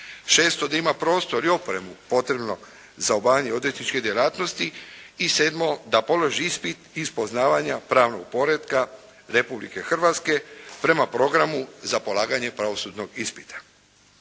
šesto da ima prostor i opremu potrebnu za obavljanje odvjetničke djelatnosti, i sedmo da položi ispit iz poznavanja pravnog poretka Republike Hrvatske prema programu za polaganje pravosudnog ispita.